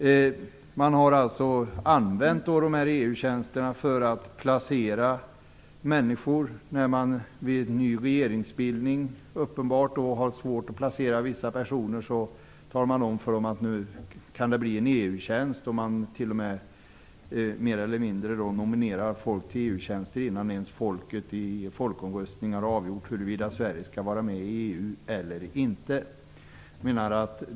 Man har använt EU-tjänsterna när man vid ny regeringsbildning haft svårt att placera vissa personer. Man talar om för dem att de kan komma i fråga för en EU-tjänst. Man har t.o.m. mer eller mindre nominerat personer till EU-tjänster innan man i folkomröstningen avgjorde huruvida Sverige skulle vara med i EU eller inte.